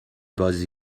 بازی